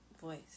voice